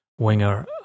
winger